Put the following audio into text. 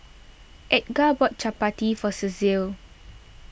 Edgar bought Chapati for Cecil